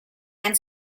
and